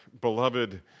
beloved